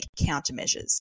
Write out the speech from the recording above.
countermeasures